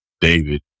David